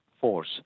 force